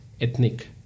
ethnic